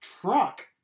truck